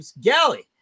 galley